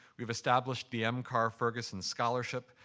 we've established the m. carr ferguson scholarship,